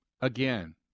again